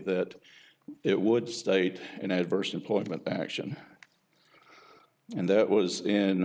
that it would state an adverse employment action and that was in